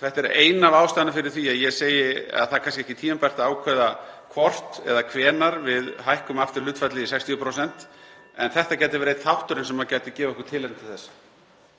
Þetta er ein af ástæðunum fyrir því að ég segi að það er kannski ekki tímabært að ákveða hvort eða hvenær (Forseti hringir.) við hækkum aftur hlutfallið í 60% en þetta gæti verið einn þátturinn sem gæti gefi okkur tilefni til þess.